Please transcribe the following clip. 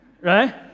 right